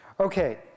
Okay